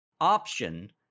option